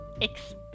expect